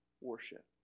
warship